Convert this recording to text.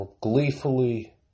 gleefully